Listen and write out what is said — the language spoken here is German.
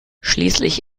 schließlich